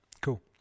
cool